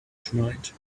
tonight